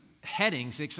headings